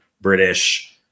British